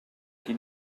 qui